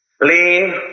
Lean